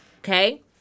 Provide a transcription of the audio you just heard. Okay